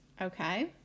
Okay